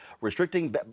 restricting